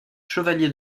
chevalier